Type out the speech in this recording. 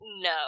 No